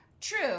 True